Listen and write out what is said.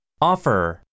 .offer